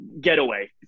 getaway